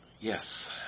Yes